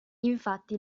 infatti